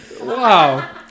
Wow